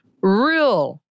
Real